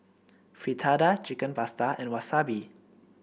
Fritada Chicken Pasta and Wasabi